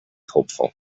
hopeful